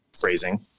phrasing